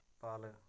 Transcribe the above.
पल